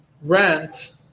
rent